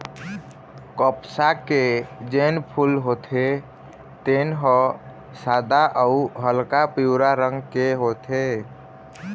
कपसा के जेन फूल होथे तेन ह सादा अउ हल्का पीवरा रंग के होथे